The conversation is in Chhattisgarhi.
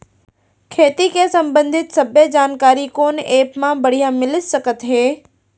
खेती के संबंधित सब्बे जानकारी कोन एप मा बढ़िया मिलिस सकत हे?